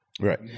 Right